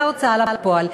זה היה בהוצאה לפועל.